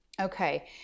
Okay